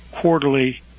quarterly